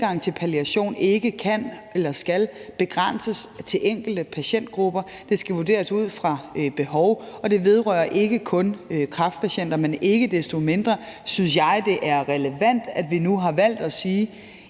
adgang til palliation ikke kan eller skal begrænses til enkelte patientgrupper. Det skal vurderes ud fra behov, og det vedrører ikke kun kræftpatienter. Ikke desto mindre synes jeg, det er relevant, at vi i forbindelse